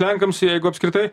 lenkams jeigu apskritai